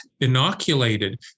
inoculated